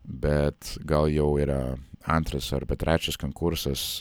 bet gal jau yra antras arba trečias konkursas